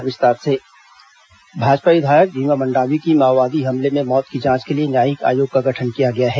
विधायक मौत जांच भाजपा विधायक भीमा मंडावी की माओवादी हमले में मौत की जांच के लिए न्यायिक आयोग का गठन किया गया है